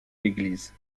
l’église